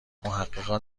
محققان